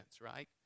right